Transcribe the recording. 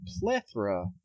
plethora